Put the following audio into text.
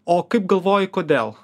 o kaip galvoji kodėl